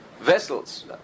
vessels